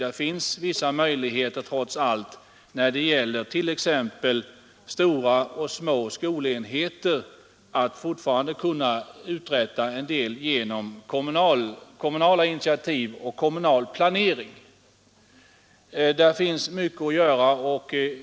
Där finns trots allt möjligheter att när det gäller t.ex. stora och små skolenheter fortfarande uträtta en del genom kommunala initiativ och kommunal planering, framför allt när det gäller bostadslokalisering.